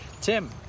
Tim